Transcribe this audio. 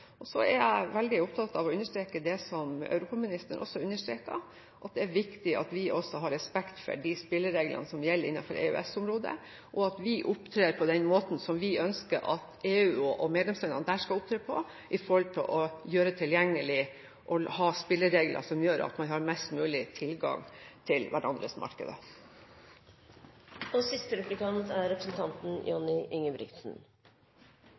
er veldig opptatt av å understreke det som europaministeren også understreket; at det er viktig at vi også har respekt for de spillereglene som gjelder innenfor EØS-området, og at vi opptrer på den måten som vi ønsker at EU og medlemslandene skal opptre på når det gjelder tilgjengelighet, og ha spilleregler for hvordan man kan få mest mulig tilgang til hverandres markeder. Jeg er også glad for å se fiskeriministeren her i salen i dag. De siste